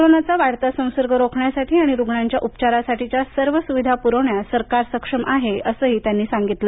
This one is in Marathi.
कोरोनाचा वाढता संसर्ग रोखण्यासाठी आणि रूग्णांच्या उपचारसाठीच्या सर्व सुविधा पुरवण्यास सरकार सक्षम आहे असंही त्यांनी सांगितलं